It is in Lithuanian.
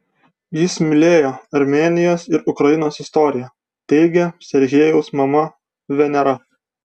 jis mylėjo armėnijos ir ukrainos istoriją teigia serhijaus mama venera